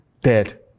dead